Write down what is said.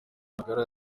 magara